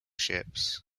ships